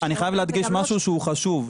אני חייב להגיד משהו שהוא חשוב,